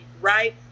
right